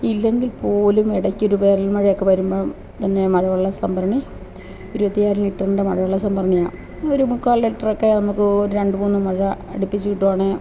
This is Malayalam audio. ഇല്ലെങ്കില് പോലും ഇടക്കൊരു വേനല് മഴയൊക്കെ വരുമ്പം തന്നെ മഴവെള്ളസംഭരണി ഇരുപത്തിയാറ് ലിറ്ററിന്റെ മഴവെള്ളസംഭരണിയാണ് അതൊരു മുക്കാല് ലിറ്ററൊക്കെ നമുക്ക് രണ്ടു മൂന്ന് മഴ അടുപ്പിച്ചു കിട്ടുവാണേ